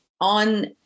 on